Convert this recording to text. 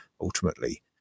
ultimately